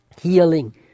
healing